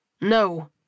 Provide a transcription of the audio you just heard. No